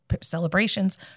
celebrations